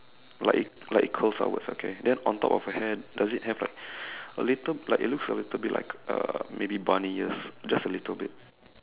like it like it curls upwards okay then on top of her hair does it have like a little like it looks a little bit like uh maybe bunny ears just a little bit